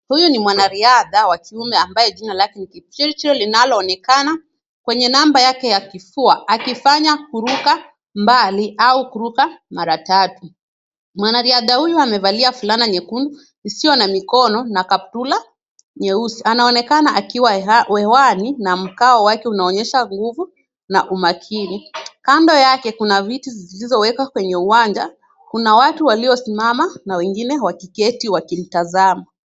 Huyu ni mwanariadha wa kiume ambaye jina lake ni Kipchirchir linaloonekana kwenye namba yake ya kifua akifanya kuruka mbali au kuruka mara tatu. Mwanariadha huyu amevalia fulana nyekundu isiyo na mikono na kaptura nyeusi. Anaonekana akiwa hewani na mkao wake unaonyesha nguvu na umakini. Kando yake kuna viti visivyowekwa kwenye uwanja. Kuna watu waliosimama na wengine wakiketi wakimtazama.